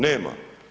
Nema.